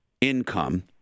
income